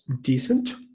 decent